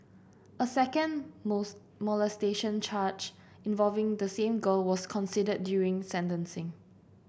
a second molestation charge involving the same girl was considered during sentencing